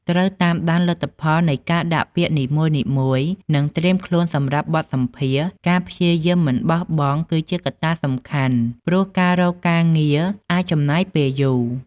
ត្រូវតាមដានលទ្ធផលនៃការដាក់ពាក្យនីមួយៗ និងត្រៀមខ្លួនសម្រាប់បទសម្ភាសន៍ ការព្យាយាមមិនបោះបង់គឺជាកត្តាសំខាន់ ព្រោះការរកការងារអាចចំណាយពេលយូរ។